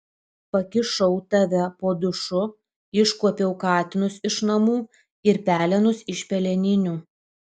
pakišau tave po dušu iškuopiau katinus iš namų ir pelenus iš peleninių